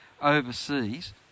overseas